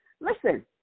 listen